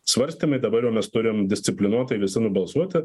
svarstyme dabar jau mes turim disciplinuotai visi nubalsuoti